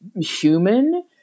human